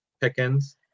Pickens